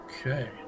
Okay